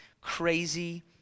crazy